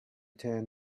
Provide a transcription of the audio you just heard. ten